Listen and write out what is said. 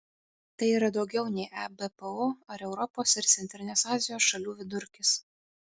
tai yra daugiau nei ebpo ar europos ir centrinės azijos šalių vidurkis